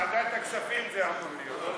ועדת הכספים, זה אמור להיות.